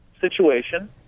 situation